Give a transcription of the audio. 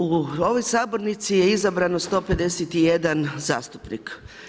U ovoj sabornici je izabrano 151 zastupnik.